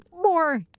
more